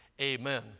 amen